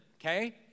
okay